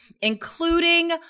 including